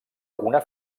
una